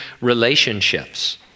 relationships